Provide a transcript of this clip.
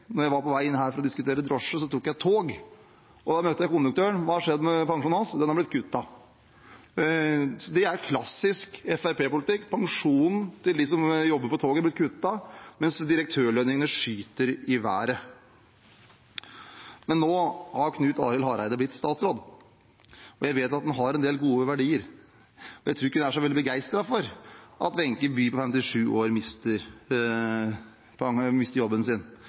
jeg var på vei hit for å diskutere drosjenæringen, tok jeg toget. Da møtte jeg konduktøren, og hva hadde skjedd med hans pensjon? Jo, den hadde blitt kuttet. Det er klassisk Fremskrittsparti-politikk: Pensjonen til dem som jobber på toget, blir kuttet, mens direktørlønningene skyter i været. Men nå har Knut Arild Hareide blitt statsråd. Jeg vet at han har en del gode verdier, og jeg tror ikke han er så veldig begeistret for at Wenche Bye på 57 år mister jobben sin.